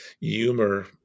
humor